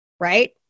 right